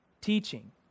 teaching